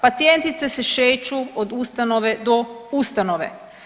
Pacijentice se šeću od ustanove do ustanove.